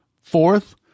Fourth